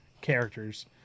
characters